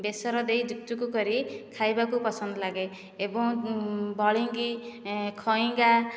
ବେସର ଦେଇ ଯୁଗୁଚୁକୁ କରି ଖାଇବାକୁ ପସନ୍ଦ ଲାଗେ ଏବଂ ବଳିଙ୍ଗି ଖଇଙ୍ଗା